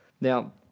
Now